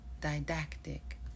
Didactic